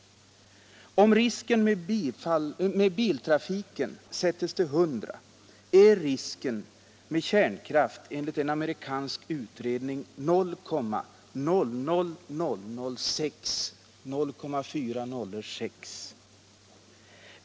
Om risken med biltrafiken sätts till 100 är risken med kärnkraften — enligt en amerikansk utredning — 0,00006.